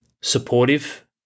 supportive